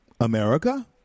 America